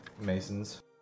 Masons